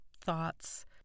thoughts